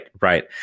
right